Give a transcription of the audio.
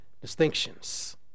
distinctions